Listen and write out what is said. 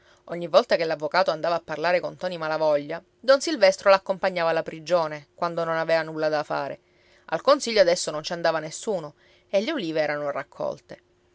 ogni volta che l'avvocato andava a parlare con ntoni malavoglia don silvestro l'accompagnava alla prigione quando non avea nulla da fare al consiglio adesso non ci andava nessuno e le ulive erano raccolte